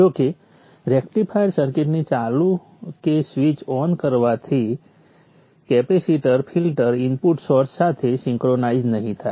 જાકે રેક્ટિફાયર સર્કિટની ચાલુ કે સ્વિચ ઓન કરવાથી કેપેસિટર ફિલ્ટર ઇનપુટ સોર્સ સાથે સિન્ક્રોનાઇઝ નહીં થાય